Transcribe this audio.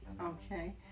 Okay